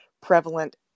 prevalent